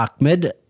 Ahmed